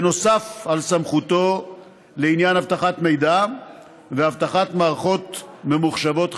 נוסף על סמכותו לעניין אבטחת מידע ואבטחת מערכות ממוחשבות חיוניות,